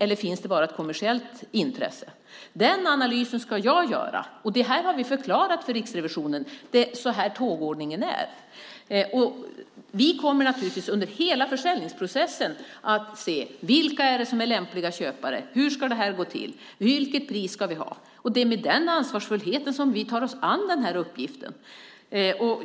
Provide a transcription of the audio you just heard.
eller finns det bara ett kommersiellt intresse? Den analysen ska jag göra. Vi har förklarat för Riksrevisionen att tågordningen är den här. Vi kommer naturligtvis under hela försäljningsprocessen att se på vilka som är lämpliga köpare, hur det här ska gå till och vilket pris vi ska ha. Det är med den ansvarsfullheten som vi tar oss an uppgiften.